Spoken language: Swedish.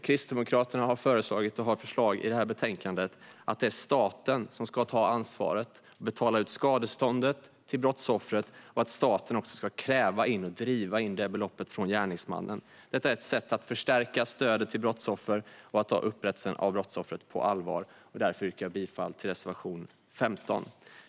Kristdemokraterna har föreslagit i betänkandet att det är staten som ska ta ansvaret och betala ut skadeståndet till brottsoffret och att staten också ska kräva och driva in beloppet från gärningsmannen. Detta är ett sätt att förstärka stödet till brottsoffer och att ta upprättelsen av brottsoffret på allvar. Därför yrkar jag bifall till reservation 15.